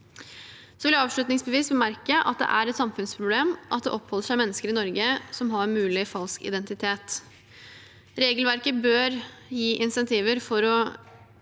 avslutningsvis bemerke at det er et samfunnsproblem at det oppholder seg mennesker i Norge som har mulig falsk identitet. Regelverket bør gi insentiver for å